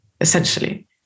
essentially